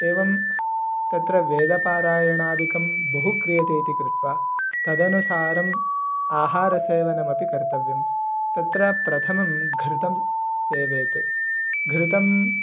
एवं तत्र वेदपारायणादिकं बहु क्रियते इति कृत्वा तदनुसारम् आहारसेवनमपि कर्तव्यं तत्र प्रथमं घृतं सेवेत् घृतं